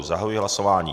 Zahajuji hlasování.